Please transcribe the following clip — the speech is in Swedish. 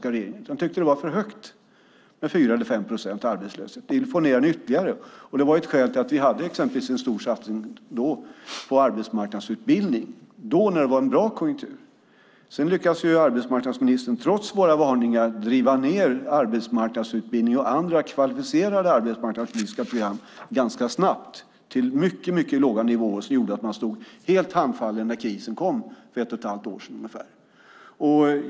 Vi tyckte att det var för högt med 4 eller 5 procents arbetslöshet och ville få ned den ytterligare. Det var ett skäl till att vi då exempelvis gjorde en stor satsning på arbetsmarknadsutbildning när det var en bra konjunktur. Sedan lyckades arbetsmarknadsministern ganska snabbt trots våra varningar driva ned arbetsmarknadsutbildning och andra kvalificerade arbetsmarknadspolitiska program till mycket låga nivåer, så att man sedan stod helt handfallen när krisen kom för ett och ett halvt år sedan ungefär.